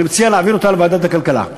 ואני מציע להעביר אותה לוועדת הכלכלה.